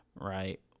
right